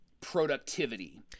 productivity